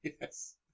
yes